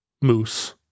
moose